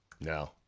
no